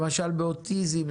למשל באוטיזם,